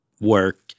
work